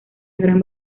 gran